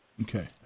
Okay